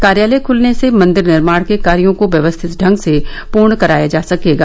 कार्यालय खुलने से मंदिर निर्माण के कार्यों को व्यवस्थित ढंग से पूर्ण कराया जा सकेगा